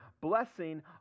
Blessing